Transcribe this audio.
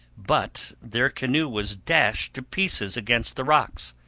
but their canoe was dashed to pieces against the rocks.